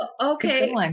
Okay